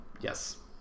Yes